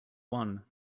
one